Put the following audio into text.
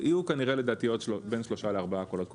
יהיו לדעתי בין שלושה לארבעה קולות קוראים.